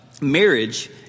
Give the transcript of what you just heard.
marriage